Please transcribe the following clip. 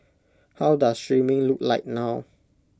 how does streaming look like now